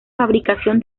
fabricación